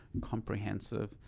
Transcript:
comprehensive